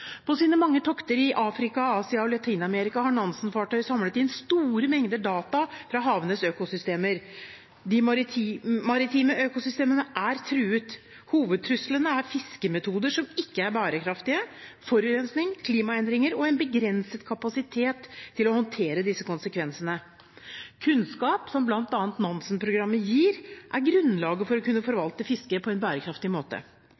På sine mange tokter i Afrika, Asia og Latin-Amerika har Nansen-fartøyet samlet inn store mengder data fra havenes økosystemer. De marine økosystemene er truet. Hovedtruslene er fiskemetoder som ikke er bærekraftige, forurensning, klimaendringer og en begrenset kapasitet til å håndtere disse konsekvensene. Kunnskap, som bl.a. Nansen-programmet gir, er grunnlaget for å kunne forvalte fisket på en bærekraftig måte.